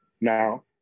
Now